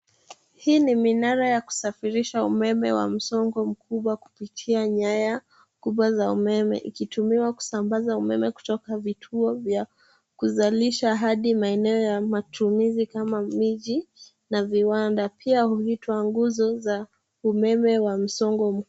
Hii ni minara ya kusafirisha umeme wa msongo mkubwa kupitia nyaya kubwa za umeme ikitumiwa kusambaza umeme kutoka vituo vya kuzalisha hadi maeneo ya matumizi kama miji na viwanda pia huitwa nguzo za umeme wa msongo mkubwa.